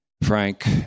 Frank